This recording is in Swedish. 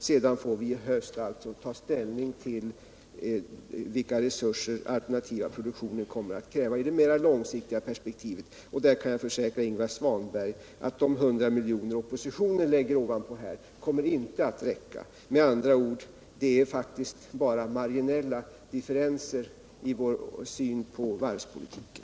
Sedan får vi i höst ta ställning till vilka resurser den alternativa produktionen kommer att kräva i det mera långsiktiga perspektivet, och jag kan försäkra att de 100 miljoner oppositionen lägger ovanpå regeringsförslaget inte kommer att räcka. Med andra ord: Det är faktiskt bara marginella differenser i vår syn på varvspolitiken.